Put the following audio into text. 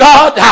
God